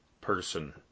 person